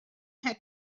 had